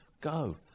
Go